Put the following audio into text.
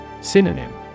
Synonym